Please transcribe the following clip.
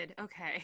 Okay